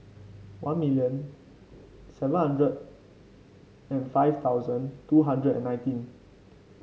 one million seven hundred and five thousand two hundred and nineteen